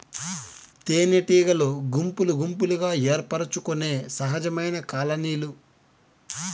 తేనెటీగలు గుంపులు గుంపులుగా ఏర్పరచుకొనే సహజమైన కాలనీలు